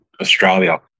Australia